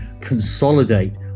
consolidate